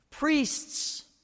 priests